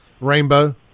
Rainbow